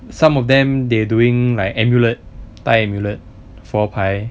some of them they doing like amulet thai amulet phor pae